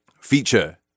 feature